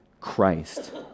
Christ